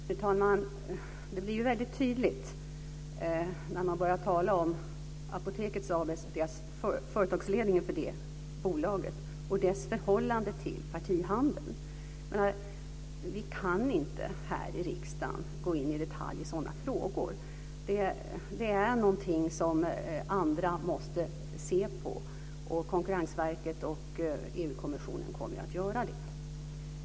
Fru talman! Det blir ju väldigt tydligt när man börjar tala om Apoteket AB, ledningen för det bolaget, och dess förhållande till partihandeln. Vi kan inte här i riksdagen gå in i detalj i sådana frågor. Det är något som andra måste se på, och Konkurrensverket och EU-kommissionen kommer att göra det.